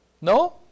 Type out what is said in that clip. No